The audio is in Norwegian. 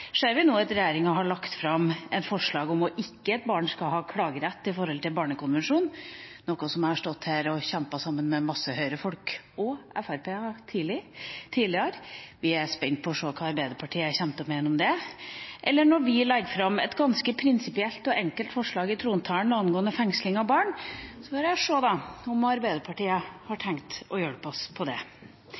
ser vi nå at regjeringa har lagt fram et forslag om at barn ikke skal ha klagerett overfor Barnekonvensjonen, noe jeg har stått her og kjempet for sammen med masse Høyre- og Fremskrittsparti-folk tidligere. Vi er spent på å se hva Arbeiderpartiet kommer til å mene om det. Eller når vi legger fram et ganske prinsipielt og enkelt forslag i trontalen angående fengsling av barn, så får vi nå se om Arbeiderpartiet har tenkt å hjelpe oss med det.